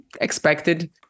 expected